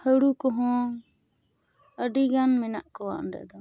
ᱦᱟᱹᱲᱩ ᱠᱚᱦᱚᱸ ᱟᱹᱰᱤ ᱜᱟᱱ ᱢᱮᱱᱟᱜ ᱠᱚᱣᱟ ᱚᱸᱰᱮᱫᱚ